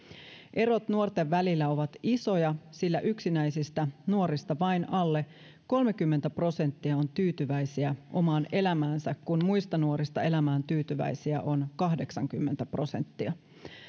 erot nuorten välillä ovat isoja sillä yksinäisistä nuorista vain alle kolmekymmentä prosenttia on tyytyväisiä omaan elämäänsä kun muista nuorista elämäänsä tyytyväisiä on kahdeksankymmentä prosenttia